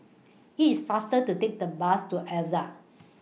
IT IS faster to Take The Bus to Altez